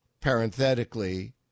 parenthetically